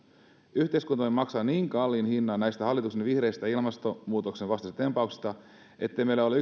yhteiskuntamme maksaa niin kalliin hinnan näistä hallituksen vihreistä ilmastonmuutoksen vastaisista tempauksista ettei meillä ole